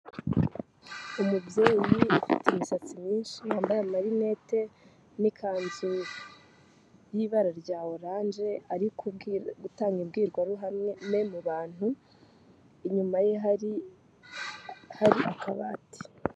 Umubyeyi ufite imisatsi myinshi yambaye amarinete n'ikanzu y'ibara rya orange ariko gutangaya imbwirwaruhame mu bantu, inyuma ye hari akabati.